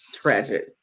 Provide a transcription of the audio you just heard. tragic